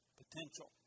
potential